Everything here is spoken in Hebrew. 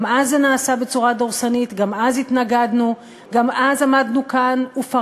גם אז זה נעשה בצורה דורסנית,